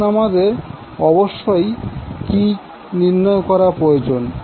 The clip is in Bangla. এখন আমাদের অবশ্যই কি নির্ণয় করা প্রয়োজন